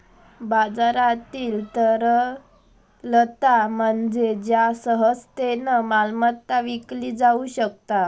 बाजारातील तरलता म्हणजे ज्या सहजतेन मालमत्ता विकली जाउ शकता